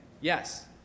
yes